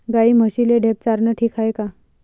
गाई म्हशीले ढेप चारनं ठीक हाये का?